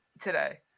today